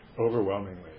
Overwhelmingly